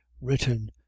written